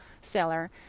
seller